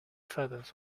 feathers